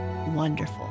wonderful